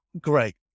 great